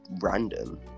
random